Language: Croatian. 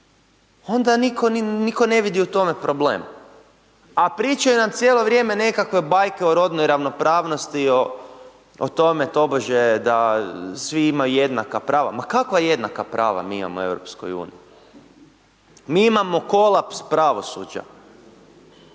onda niko ne vidi u tome problem, a pričaju nam cijelo vrijeme nekakve bajke o rodnoj ravnopravnosti o tome tobože da svi imaju jednaka prava. Ma kakva jednaka prava mi imamo u EU? Mi imamo kolaps pravosuđa,